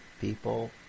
people